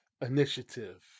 initiative